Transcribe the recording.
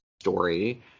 story